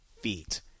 feet